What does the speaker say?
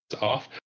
off